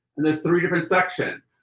and there's three different sections.